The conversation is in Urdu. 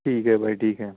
ٹھیک ہے بھائی ٹھیک ہے